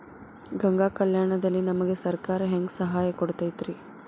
ಗಂಗಾ ಕಲ್ಯಾಣ ದಲ್ಲಿ ನಮಗೆ ಸರಕಾರ ಹೆಂಗ್ ಸಹಾಯ ಕೊಡುತೈತ್ರಿ?